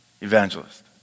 evangelist